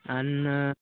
आणि